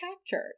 captured